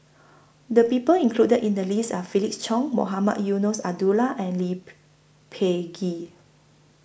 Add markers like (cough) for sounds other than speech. The People included in The list Are Felix Cheong Mohamed Eunos Abdullah and Lee (unintelligible) Peh Gee